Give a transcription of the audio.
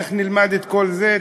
איך נלמד את כל זה,